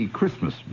Christmas